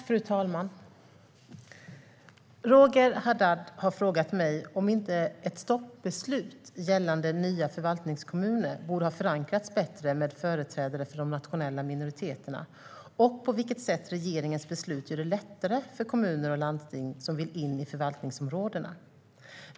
Fru talman! Roger Haddad har frågat mig om inte ett stoppbeslut gällande nya förvaltningskommuner borde ha förankrats bättre med företrädare för de nationella minoriteterna och på vilket sätt regeringens beslut gör det lättare för kommuner och landsting som vill in i förvaltningsområdena.